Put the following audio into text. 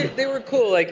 they were cool. like